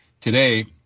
today